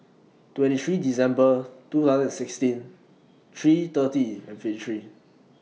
twenty three December two thousand and sixteen three thirty and fifty three